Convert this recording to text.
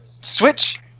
Switch